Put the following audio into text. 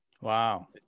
Wow